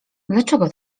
dlaczego